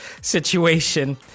situation